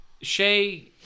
Shay